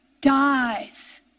dies